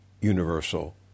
universal